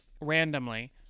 randomly